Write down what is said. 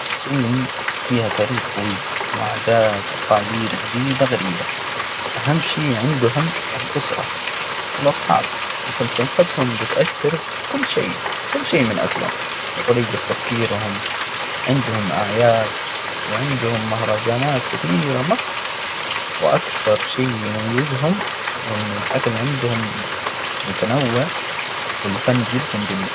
الصين فيها تاريخ طويل، وعادات وتقاليد عجيبة غريبة، أهم شي عندهم الأسرة والأصحاب وفلسفتهم بتأثر في كل شي- كل شي من أكلهم لطريقة تفكيرهم عندهم أعياد وعندهم مهرجانات كثيرة مرة، وأكثر شي يميزهم هو إنه الأكل عندهم متنوع، والفن جدا جميل.